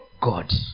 God